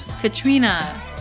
Katrina